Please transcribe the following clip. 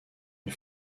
une